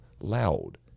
loud